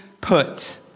put